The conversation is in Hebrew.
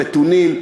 המתונים,